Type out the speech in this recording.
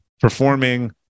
performing